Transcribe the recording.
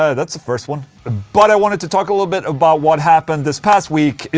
ah that's a first one but i wanted to talk a little bit about what happened this past week you